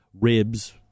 ribs